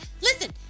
Listen